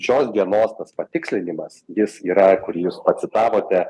šios dienos tas patikslinimas jis yra kur jūs pacitavote